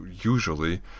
usually